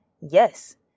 yes